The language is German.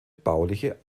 bauliche